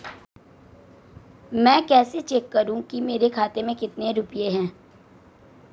मैं कैसे चेक करूं कि मेरे खाते में कितने रुपए हैं?